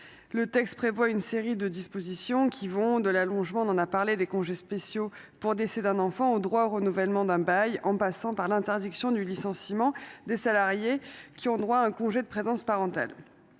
nous ne pouvons que saluer. Ces dispositions vont de l’allongement des congés spéciaux pour décès d’un enfant au droit au renouvellement d’un bail en passant par l’interdiction du licenciement des salariés qui ont droit à un congé de présence parentale.